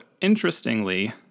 interestingly